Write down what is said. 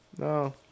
No